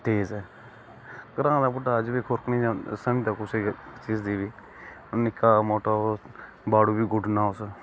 तेज ऐ ग्रां दा बुड्ढा अज्ज बी खुरक नेईं समझदा कुसै बी चीज गी निक्क मुट्टा ओह् बाड़ू बी गुड्डना उस